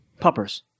Puppers